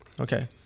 Okay